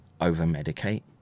over-medicate